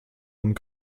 und